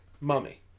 mummy